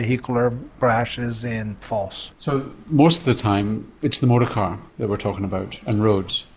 vehicular crashes and falls. so most of the time it's the motor car that we're talking about and roads?